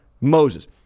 Moses